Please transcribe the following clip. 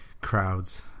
Crowds